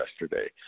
yesterday